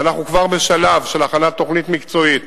ואנחנו כבר בשלב של הכנת תוכנית מקצועית